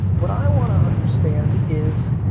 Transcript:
what i wanna understand is,